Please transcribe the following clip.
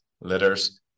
letters